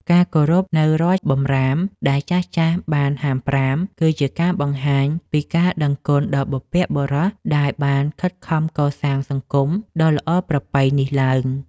ការគោរពនូវរាល់បម្រាមដែលចាស់ៗបានហាមប្រាមគឺជាការបង្ហាញពីការដឹងគុណដល់បុព្វបុរសដែលបានខិតខំកសាងសង្គមដ៏ល្អប្រពៃនេះឡើង។